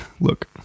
Look